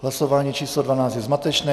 Hlasování číslo 12 je zmatečné.